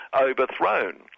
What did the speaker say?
overthrown